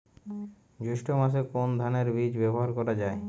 জৈষ্ঠ্য মাসে কোন ধানের বীজ ব্যবহার করা যায়?